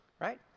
right